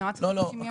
אז למה צריך 90 ימים?